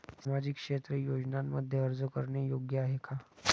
सामाजिक क्षेत्र योजनांमध्ये अर्ज करणे योग्य आहे का?